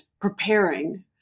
preparing